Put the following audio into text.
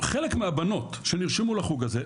חלק מהבנות שנרשמו לחוג הזה,